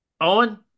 Owen